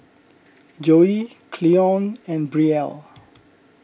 Joi Cleone and Brielle